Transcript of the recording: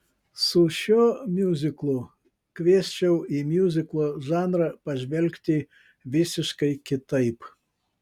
su šiuo miuziklu kviesčiau į miuziklo žanrą pažvelgti visiškai kitaip